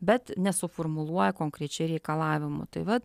bet nesuformuluoja konkrečiai reikalavimų tai vat